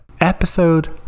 episode